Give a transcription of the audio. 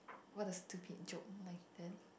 what a stupid joke more like then